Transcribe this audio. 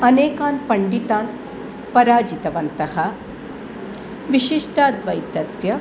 अनेकान् पण्डितान् पराजितवन्तः विशिष्टाद्वैतस्य